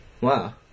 Wow